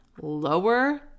Lower